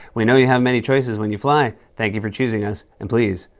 we know you have many choices when you fly. thank you for choosing us, and please,